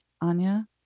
anya